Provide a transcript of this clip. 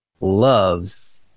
loves